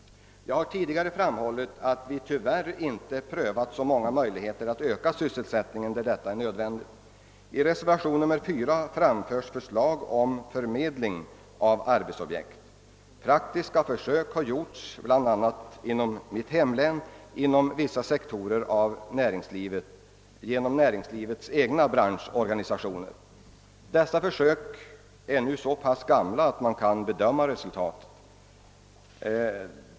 Jag har tidigare framhållit att vi tyvärr inte prövat så många möjligheter att öka sysselsättningen när detta är nödvändigt. I reservation nr 4 framförs förslag om förmedling av arbetsobjekt. Praktiska försök har gjorts, bl.a. i mitt hemlän inom vissa sektorer av näringslivet genom dess egna branschorganisationer. Dessa försök är nu så pass gamla att man kan bedöma resultatet.